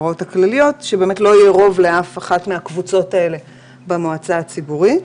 שלא יהיה רוב לאף אחת מהקבוצות האלה במועצה הציבורית.